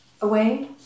away